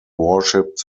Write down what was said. worshiped